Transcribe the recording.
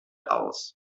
aus